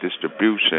distribution